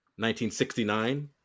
1969